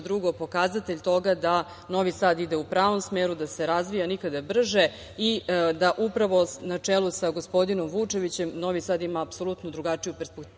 drugo, pokazatelj toga da Novi Sad ide u pravom smeru, da se razvija nikada brže i da upravo na čelu sa gospodinom Vučevićem Novi Sad ima apsolutno drugačiju perspektivu